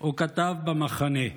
או כתב במחנה?